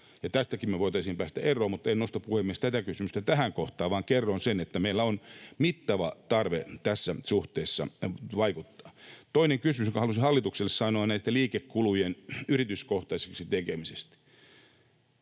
Tästäkin me voisimme päästä eroon, mutta en nosta, puhemies, tätä kysymystä tähän kohtaan, vaan kerron sen, että meillä on mittava tarve tässä suhteessa vaikuttaa. Toinen kysymys, jonka halusin hallitukselle esittää, on näitten liikekulujen yrityskohtaisiksi tekemisestä.